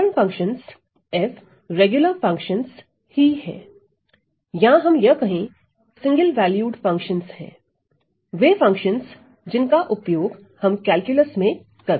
साधारण functions f regular functions ही हैं या हम यह कहें सिंगल वैल्यूड फंक्शनस है वे फंक्शनस जिनका उपयोग हम कैलकुलस में करते हैं